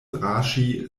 draŝi